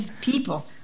people